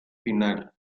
final